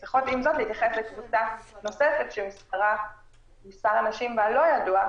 אנחנו צריכות להתייחס לקבוצה נוספת שמספר הנשים בה לא ידוע,